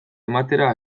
ematera